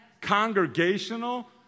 Congregational